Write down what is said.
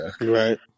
Right